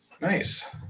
Nice